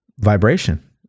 vibration